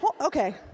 Okay